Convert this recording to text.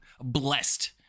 blessed